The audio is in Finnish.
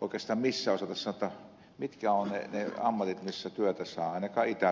oikeastaan missään osata sanoa mitkä ovat ne ammatit missä työtä saa ainakaan itä suomessa